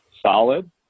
solid